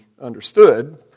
understood